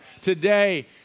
today